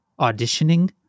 auditioning